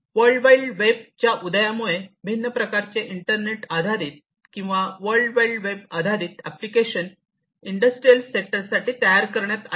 world wide web उदयामुळे भिन्न प्रकारचे इंटरनेट आधारित किंवा वर्ल्ड वाईड वेब आधारित एप्लीकेशन इंडस्ट्रियल सेक्टर साठी तयार करण्यात आले